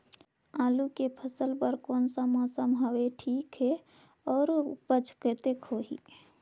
आलू के फसल बर कोन सा मौसम हवे ठीक हे अउर ऊपज कतेक होही?